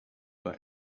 what